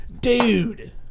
dude